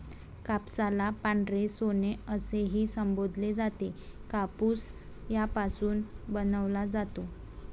कापसाला पांढरे सोने असेही संबोधले जाते, कापूस यापासून बनवला जातो